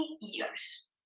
years